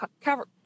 cover